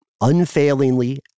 unfailingly